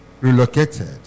relocated